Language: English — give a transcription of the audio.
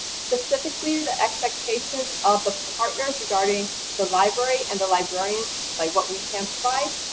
specifically the expectations of the partners regarding the library and the librarians, like what we can provide,